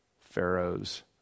Pharaoh's